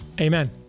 Amen